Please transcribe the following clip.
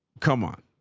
come on,